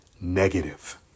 negative